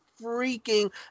freaking